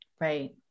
Right